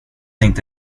inte